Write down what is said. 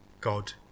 God